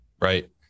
Right